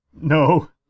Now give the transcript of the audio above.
No